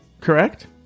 correct